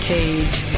Cage